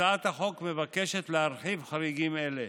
הצעת החוק מבקשת להרחיב חריגים אלה